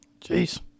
Jeez